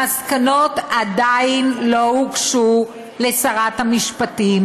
המסקנות עדיין לא הוגשו לשרת המשפטים